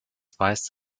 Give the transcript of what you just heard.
weist